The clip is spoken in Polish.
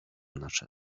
nasze